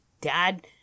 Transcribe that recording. dad